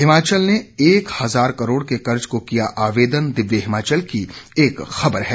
हिमाचल ने एक हजार करोड़ के कर्ज को किया आवेदन दिव्य हिमाचल की खबर है